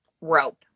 rope